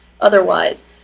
otherwise